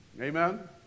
Amen